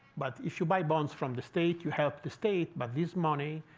but if you buy bonds from the state, you help the state. but this money,